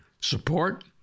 support